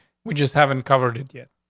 we just haven't covered it yet.